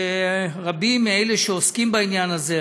שרבים מאלה שעוסקים בעניין הזה,